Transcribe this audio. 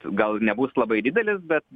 gal nebus labai didelis bet